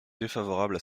défavorables